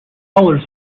colours